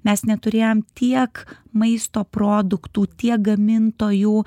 mes neturėjom tiek maisto produktų tiek gamintojų